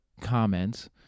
comments